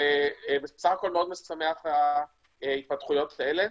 בסך הכול משמחות מאוד ההתפתחויות האלה.